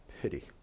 pity